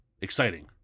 Exciting